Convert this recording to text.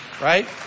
right